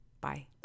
Bye